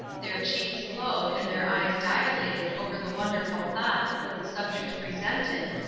their cheeks glowed, and their eyes dilated over the wonderful thoughts that the subject presented,